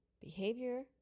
Behavior